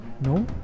No